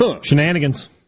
Shenanigans